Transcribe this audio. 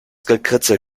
gekritzel